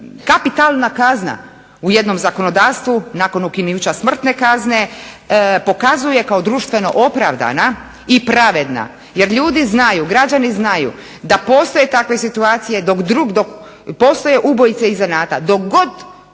kapitalna kazna u jednom zakonodavstvu nakon ukinuća smrtne kazne pokazuje kao društveno opravdana i pravedna. Jer ljudi znaju, građani znaju da postoje takve situacije, postoje ubojice iz zanata. Dok god